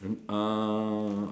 uh